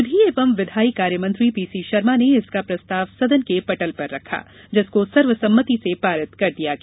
विधि एवं विधायी कार्यमंत्री पीसी शर्मा ने इसका प्रस्ताव सदन के पटल पर रखा जिसको सर्वसम्मति से पारित कर दिया गया